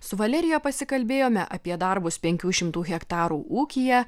su valerija pasikalbėjome apie darbus penkių šimtų hektarų ūkyje